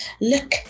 look